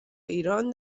ایران